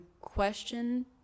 question